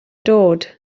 dod